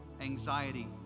anxiety